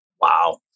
Wow